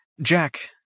Jack